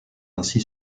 ainsi